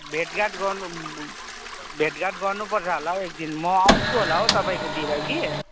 भेटघाट गर्नुपर्छ भेटघाट गर्नुपर्छ होला हौ एक दिन म आउँछु होला हौ तपाईँकोतिर कि